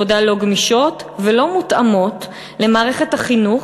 העבודה הלא-גמישות ולא-מותאמות למערכת החינוך,